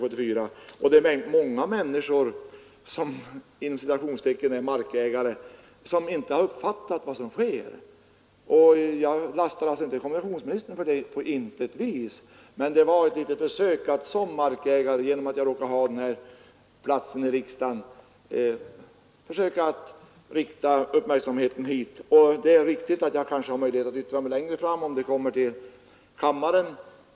Det är många människor som är ”markägare” och som inte har uppfattat vad som sker. Jag lastar på intet vis kommunikationsministern för det. Men eftersom jag råkar sitta i riksdagen ville jag göra ett litet försök att som ”markägare” rikta uppmärksamheten på denna fråga. Det är riktigt att jag kan få möjlighet att yttra mig längre fram, om ärendet kommer upp i kammaren.